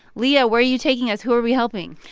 leah, where are you taking us? who are we helping?